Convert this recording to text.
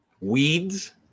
weeds